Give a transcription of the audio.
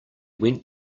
went